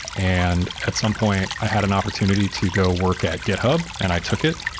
and at some point, i had an opportunity to go work at github and i took it,